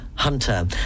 hunter